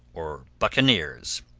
or buccaneers.